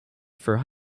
for